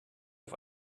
auf